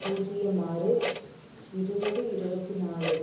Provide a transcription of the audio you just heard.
பூஜியம் ஆறு இருபது இருபத்தி நாலு